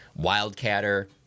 wildcatter